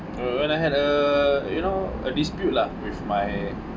when I had a you know a dispute lah with my